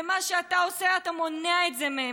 ומה שאתה עושה, אתה מונע את זה מהם.